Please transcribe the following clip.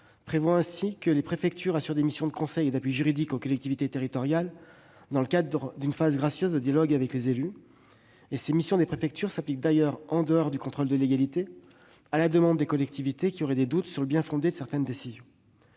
prévoit ainsi que les préfectures assurent des missions de conseil et d'appui juridique aux collectivités territoriales, dans le cadre d'une phase gracieuse de dialogue avec les élus. Ces missions des préfectures s'appliquent d'ailleurs, en dehors du contrôle de légalité, à la demande des collectivités territoriales qui auraient des doutes sur le bien-fondé de certaines de leurs